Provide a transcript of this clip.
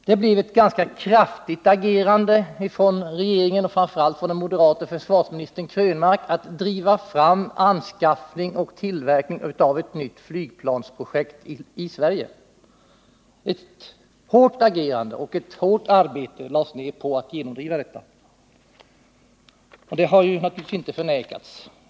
Det blev ett ganska kraftigt agerande av regeringen, framför allt av den moderate försvarsministern Krönmark, för att driva fram tillverkning av ett nytt flygplansprojekt i Sverige. Ett omfattande agerande och ett hårt arbete lades ned på att genomdriva detta, vilket inte heller har förnekats.